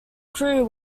crew